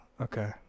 Okay